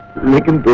looking